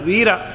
Vira